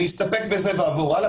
אסתפק בזה ואעבור הלאה.